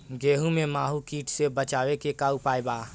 गेहूँ में माहुं किट से बचाव के का उपाय बा?